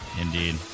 Indeed